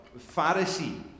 Pharisee